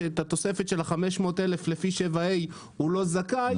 שאת התוספת של ה-500,000 לפי 7(ה) הוא לא זכאי,